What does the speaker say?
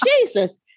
Jesus